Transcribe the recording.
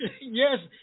Yes